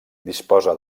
disposa